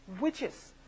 witches